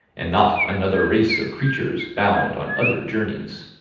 and not another race of creatures bound on other journeys.